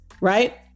Right